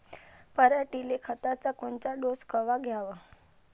पऱ्हाटीले खताचा कोनचा डोस कवा द्याव?